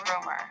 rumor